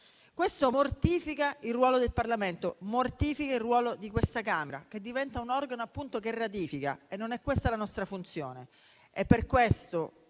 Questo mortifica il ruolo del Parlamento, mortifica il ruolo di questa Camera, che diventa un organo che ratifica, e non è questa la nostra funzione.